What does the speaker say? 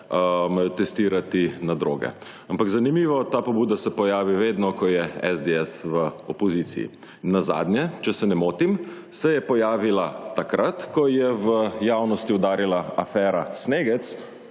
testirati na droge. Ampak zanimivo, ta pobuda se pojavi vedno, ko je SDS v opoziciji. Nazadnje, če se ne motim, se je pojavila takrat, ko je v javnosti udarila afera Snegec,